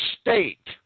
state